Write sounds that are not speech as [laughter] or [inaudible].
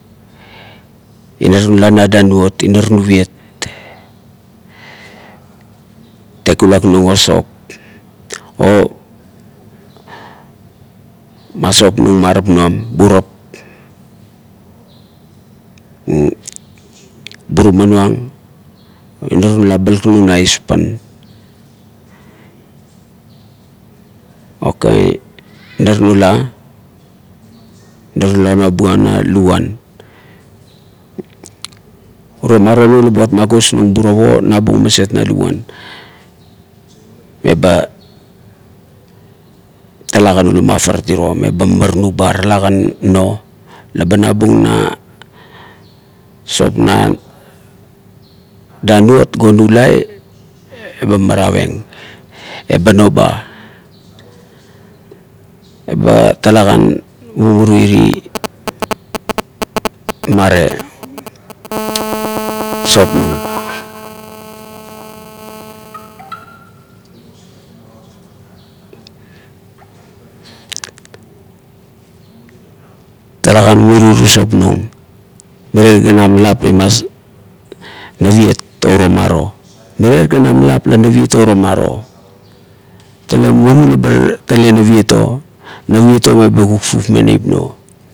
Inar nula na danuot inar nuviet, tegulak nung o sop o masopnung marap nuam burap [hesitation] buruma nuang, inar nula a balak nung na espan ok inau nula, inar nula nubua na luguan. Urie maro nung la buat magosnung burap o nabung maset na luguan eba tarakan ulam afarat iro meba mamaranu ba talakan no, laba nabung na sop na danuot ga onalai, eba maropieng eba no ba, eba talakan mumuri [noise] talakan muri [noise] uri [noise] sop nung. Mirie ganan lop imas naviet o uro maro, mirie ganam lap la naviet o uro maro, talakan marmara la be talakan naviet o. Marief o memba kufkufmeng neip nuo